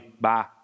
Bye